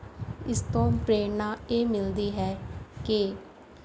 ਇਸ ਤੋਂ ਪ੍ਰੇਰਨਾ ਇਹ ਮਿਲਦੀ ਹੈ ਕਿ